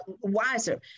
wiser